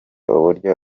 uburyo